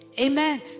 Amen